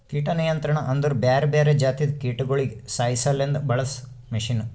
ಕೀಟ ನಿಯಂತ್ರಣ ಅಂದುರ್ ಬ್ಯಾರೆ ಬ್ಯಾರೆ ಜಾತಿದು ಕೀಟಗೊಳಿಗ್ ಸಾಯಿಸಾಸಲೆಂದ್ ಬಳಸ ಮಷೀನ್